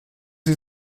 sie